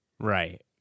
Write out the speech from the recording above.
right